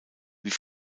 wie